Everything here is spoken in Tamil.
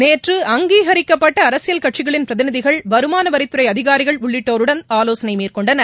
நேற்று அங்கீகரிக்கப்பட்ட அரசியல் கட்சிகளின் பிரதிநிதிகள் வருமானவரித்துறை அதிகாரிகள் உள்ளிட்டோருடன் ஆலோசனை மேற்கொண்டனர்